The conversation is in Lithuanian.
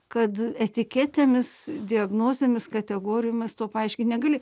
kad etiketėmis diagnozėmis kategorijomis to paaiškint negali